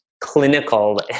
clinical